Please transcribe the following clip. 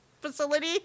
facility